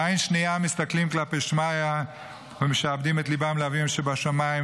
בעין שנייה הם מסתכלים כלפי מעלה ומשעבדים את ליבם אל אביהם שבשמים,